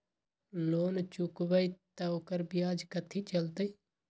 Loan चुकबई त ओकर ब्याज कथि चलतई?